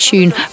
Tune